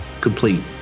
complete